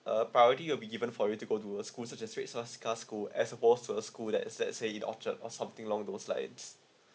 uh priority will be given for you to go to a school such as uh red swastika school as supposed to a school that set stay in orchard or something along those lines